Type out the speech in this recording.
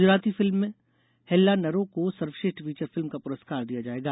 गुजराती फिल्मे हेल्लानरो को सर्वश्रेष्ठ फीचर फिल्म का पुरस्कार दिया जाएगा